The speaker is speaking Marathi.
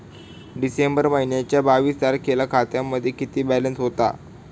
डिसेंबर महिन्याच्या बावीस तारखेला खात्यामध्ये किती बॅलन्स होता?